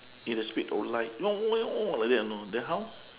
and they speak like then how